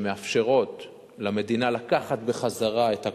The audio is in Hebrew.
שמאפשרות למדינה לקחת בחזרה את הקרקע,